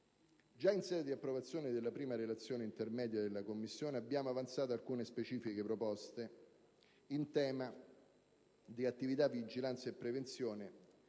Già in sede di approvazione della prima relazione intermedia della Commissione abbiamo avanzato alcune specifiche proposte in tema di attività di vigilanza e prevenzione,